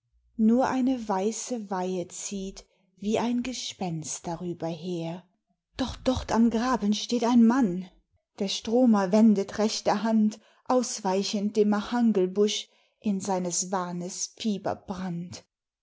nur eine weiße weihe zieht wie ein gespenst darüber her doch dort am graben steht ein mann der stromer wendet rechter hand ausweichend dem machangelbusch in seines wahnes